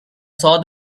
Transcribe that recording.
saw